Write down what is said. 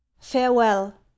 Farewell